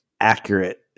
Accurate